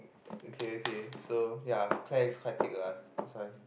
okay okay so ya Claire is quite thick lah so I can